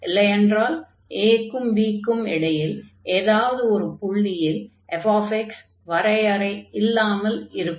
இல்லையென்றால் a க்கும் b க்கும் இடையில் ஏதாவது ஒரு புள்ளியில் fx வரையறை இல்லாமல் இருக்கும்